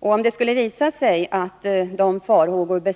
Om det skulle visa sig att de farhågor